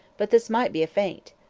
but this might be a feint.